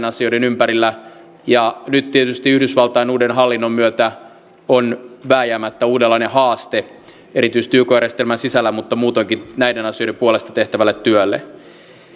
asioiden ympärillä ja nyt tietysti yhdysvaltain uuden hallinnon myötä on vääjäämättä uudenlainen haaste erityisesti yk järjestelmän sisällä mutta muutoinkin näiden asioiden puolesta tehtävälle työlle